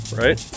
right